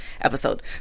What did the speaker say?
episode